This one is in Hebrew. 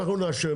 אנחנו נאשר,